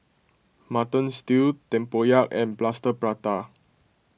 Mutton Stew Tempoyak and Plaster Prata